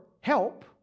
help